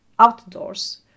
outdoors